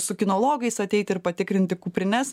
su kinologais ateiti ir patikrinti kuprines